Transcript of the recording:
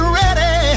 ready